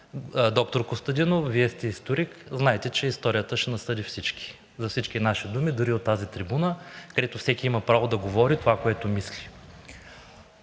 доктор Костадинов, Вие сте историк, знаете, че историята ще ни съди всички за всички наши думи, дори и от тази трибуна, където всеки има право да говори това, което мисли.